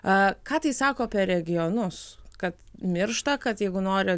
a ką tai sako apie regionus kad miršta kad jeigu nori